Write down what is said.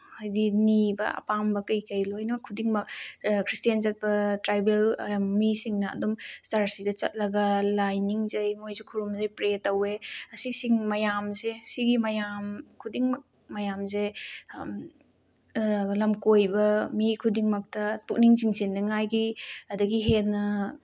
ꯍꯥꯏꯗꯤ ꯅꯤꯕ ꯑꯄꯥꯝꯕ ꯀꯩꯀꯩ ꯂꯣꯏꯅ ꯈꯨꯗꯤꯡꯃꯛ ꯈ꯭ꯔꯤꯁꯇꯦꯟ ꯆꯠꯄ ꯇ꯭ꯔꯥꯏꯕꯦꯜ ꯃꯤꯁꯤꯡꯅ ꯑꯗꯨꯝ ꯆꯔꯁꯁꯤꯗ ꯆꯠꯂꯒ ꯂꯥꯏ ꯅꯤꯡꯖꯩ ꯃꯣꯏꯁꯨ ꯈꯨꯔꯨꯝꯖꯩ ꯄ꯭ꯔꯦ ꯇꯧꯋꯦ ꯑꯁꯤꯁꯤꯡ ꯃꯌꯥꯝꯁꯦ ꯁꯤꯒꯤ ꯃꯌꯥꯝ ꯈꯨꯗꯤꯡꯃꯛ ꯃꯌꯥꯝꯁꯦ ꯂꯝꯀꯣꯏꯕ ꯃꯤ ꯈꯨꯗꯤꯡꯃꯛꯇ ꯄꯨꯛꯅꯤꯡ ꯆꯤꯡꯁꯤꯟꯅꯤꯉꯥꯏꯒꯤ ꯑꯗꯒꯤ ꯍꯦꯟꯅ